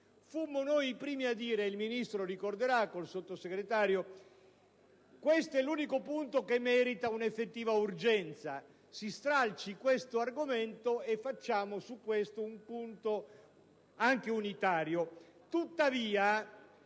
Fummo noi i primi a dire - il Ministro e il Sottosegretario lo ricorderanno - che questo è l'unico punto che merita un'effettiva urgenza: si stralci questo argomento e facciamo di esso un punto anche unitario.